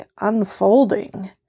unfolding